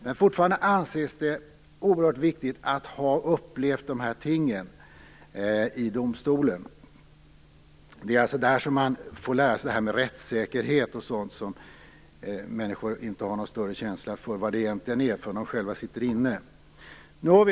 Men fortfarande anses det oerhört viktigt att ha upplevt målen i domstolen. Där får man lära sig vad rättssäkerhet innebär - sådant som människor inte har någon större känsla för vad det innebär förrän de själva sitter inne.